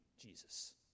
Jesus